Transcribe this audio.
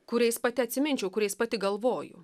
kuriais pati atsiminčiau kuriais pati galvoju